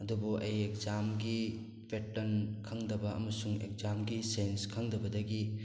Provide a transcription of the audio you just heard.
ꯑꯗꯨꯕꯨ ꯑꯩ ꯑꯦꯛꯖꯥꯝꯒꯤ ꯄꯦꯇ꯭ꯔꯟ ꯈꯪꯗꯕ ꯑꯃꯁꯨꯡ ꯑꯦꯛꯖꯥꯝꯒꯤ ꯁꯦꯟꯁ ꯈꯪꯗꯕꯗꯒꯤ